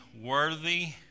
worthy